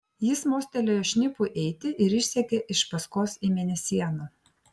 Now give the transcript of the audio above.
jis mostelėjo šnipui eiti ir išsekė iš paskos į mėnesieną